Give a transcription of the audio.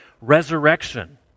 resurrection